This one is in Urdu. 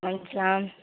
و علیکم سلام